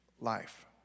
life